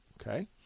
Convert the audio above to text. Okay